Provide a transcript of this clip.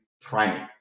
priming